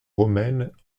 romaines